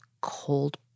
cold